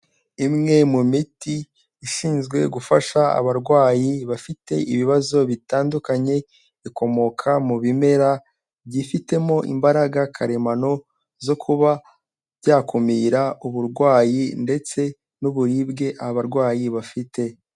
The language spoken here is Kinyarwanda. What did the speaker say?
Imwe mu miti ishinzwe gufasha abarwayi bafite ibibazo bitandukanye, ikomoka mu bimera byifitemo imbaraga karemano zo kuba byakumira uburwayi, ndetse n'uburibwe abarwayi bafite.